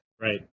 right